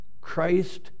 Christ